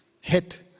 hit